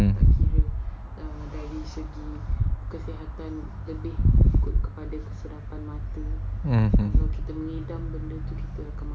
mmhmm